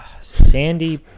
Sandy